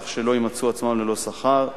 כך שלא ימצאו עצמם ללא שכר וכו'.